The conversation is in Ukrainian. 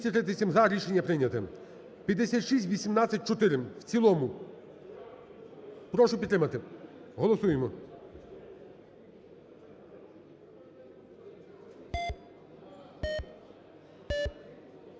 Прошу підтримати, голосуємо.